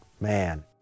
man